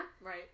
Right